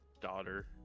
daughter